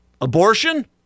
Abortion